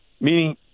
Meaning